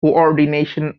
coordination